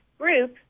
group